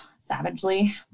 savagely